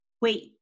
wait